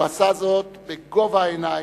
הוא עשה זאת "בגובה העיניים",